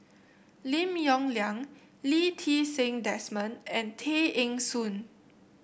Lim Yong Liang Lee Ti Seng Desmond and Tay Eng Soon